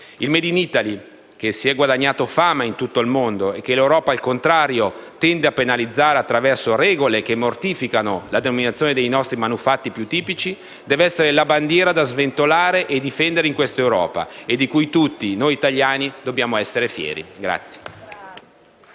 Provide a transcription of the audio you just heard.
Il *made in Italy*, che si è guadagnato fama in tutto il mondo e che l'Europa, al contrario, tende a penalizzare attraverso regole che mortificano la denominazione dei nostri manufatti più tipici, deve essere la bandiera da sventolare e difendere in questa Europa e di cui tutti noi italiani dobbiamo andare fieri.